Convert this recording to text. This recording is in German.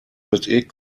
mit